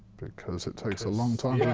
because it takes a long time yeah